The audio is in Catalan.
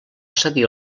cedir